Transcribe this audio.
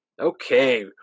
Okay